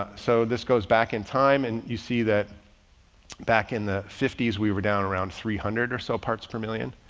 so this goes back in time and you see that back in the fifties, we were down around three hundred or so parts per million.